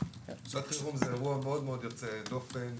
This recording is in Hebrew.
שעת חירום זה אירוע מאוד מאוד יוצא דופן,